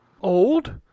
Old